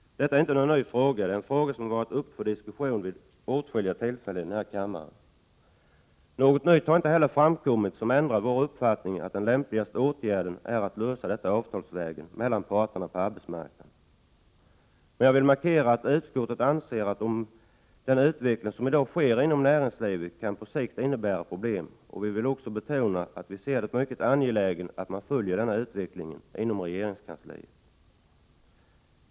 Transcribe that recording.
Detta är inte någon ny fråga. Den har varit uppe för diskussion vid åtskilliga tillfällen i denna kammare. Något nytt har inte framkommit som ändrat vår uppfattning att den lämpligaste åtgärden är att lösa detta avtalsvägen mellan parterna på arbetsmarknaden. Jag vill markera att utskottet anser att den utveckling som i dag sker inom näringslivet på sikt kan innebära problem. Vi vill också betona att vi ser det som mycket angeläget att man inom regeringskansliet följer denna utveckling.